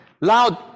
Loud